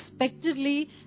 unexpectedly